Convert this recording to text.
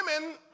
women